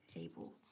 able